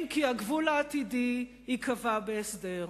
אם כי הגבול העתידי ייקבע בהסדר.